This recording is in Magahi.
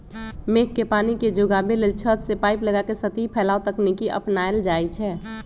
मेघ के पानी के जोगाबे लेल छत से पाइप लगा के सतही फैलाव तकनीकी अपनायल जाई छै